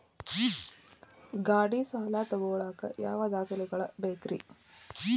ಗಾಡಿ ಸಾಲ ತಗೋಳಾಕ ಯಾವ ದಾಖಲೆಗಳ ಬೇಕ್ರಿ?